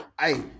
Hey